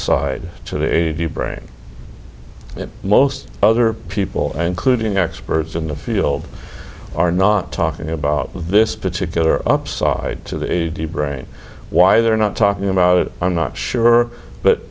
side to the a v brain and most other people including experts in the field are not talking about this particular upside to the brain why they're not talking about it i'm not sure but